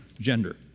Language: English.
gender